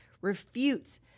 refutes